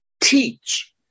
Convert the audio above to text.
teach